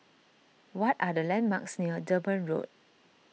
what are the landmarks near Durban Road